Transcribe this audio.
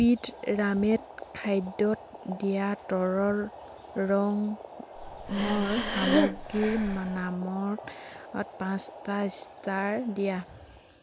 পিউৰামেট খাদ্যত দিয়া তৰল ৰঙৰ সামগ্ৰীৰ নামত পাঁচটা ষ্টাৰ দিয়া